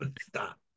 Stop